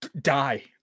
die